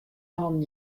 hannen